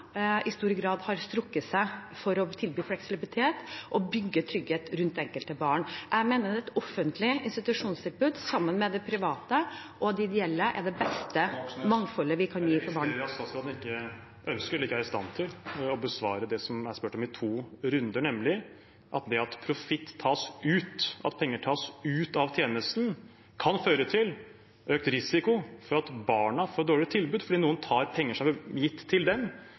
i stor grad har strukket seg for å tilby fleksibilitet og bygge trygghet rundt det enkelte barn. Jeg mener et offentlig institusjonstilbud sammen med det private og de ideelle er det beste mangfoldet vi kan gi … Jeg registrerer at statsråden ikke ønsker eller ikke er i stand til å besvare det jeg har spurt om i to runder, nemlig at det at profitt tas ut, at penger tas ut av tjenesten, kan føre til økt risiko for at barna får dårligere tilbud fordi noen tar penger som er gitt til dem,